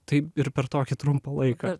taip ir per tokį trumpą laiką